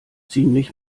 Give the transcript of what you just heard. ziemlich